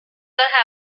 longer